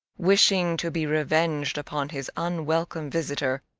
wishing to be revenged upon his unwelcome visitor,